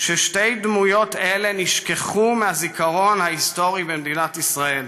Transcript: ששתי דמויות אלה נשכחו מהזיכרון ההיסטורי במדינת ישראל,